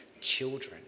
children